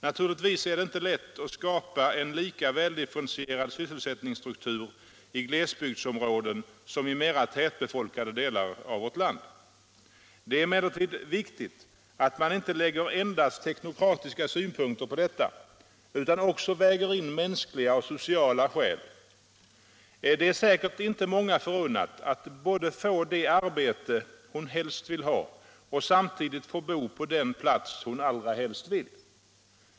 Naturligtvis är det inte lätt att skapa en lika väldifferentierad sysselsättningsstruktur i glesbygdsområden som i mera tätbefolkade delar av vårt land. Det är emellertid viktigt att man inte lägger endast teknokratiska synpunkter på detta utan också väger in mänskliga och sociala skäl. Det är säkert inte många förunnat att både få det arbete han allra helst vill ha och samtidigt få bo på den plats han allra helst vill bo på.